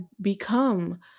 become